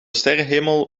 sterrenhemel